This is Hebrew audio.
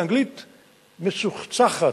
באנגלית מצוחצחת,